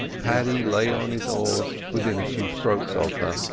paddy lay on his oars within a few strokes of her.